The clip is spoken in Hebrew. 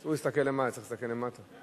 אסור להסתכל למעלה, צריך להסתכל למטה.